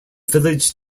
village